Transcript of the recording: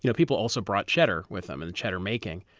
you know people also brought cheddar with them and cheddar-making.